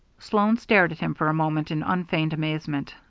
sloan stared at him for a moment in unfeigned amazement.